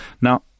Now